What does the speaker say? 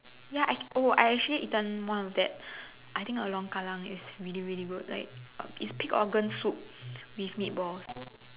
ya I oh I actually eaten one of that I think along Kallang it's really really good like uh it's pig organ soup with meatballs